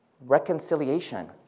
reconciliation